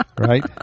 Right